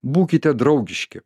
būkite draugiški